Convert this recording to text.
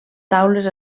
taules